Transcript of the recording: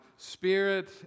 Spirit